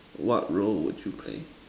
what role would you play